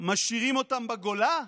משאירים אותם בגולה?